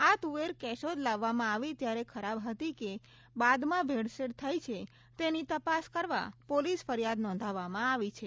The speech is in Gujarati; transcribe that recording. આ તુવેર કેશોદ ખાતે લાવવામાં આવી ત્યારે ખરાબ હતી કે બાદમાં ભેળસેળ થઈ છે તેની તપાસ કરવા પોલીસ ફરિયાદ નોંધાવવામાં આવી છે